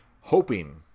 Hoping